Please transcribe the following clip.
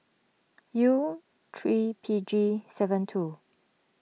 U three P G seven two